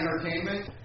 entertainment